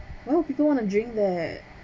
why would people want to drink that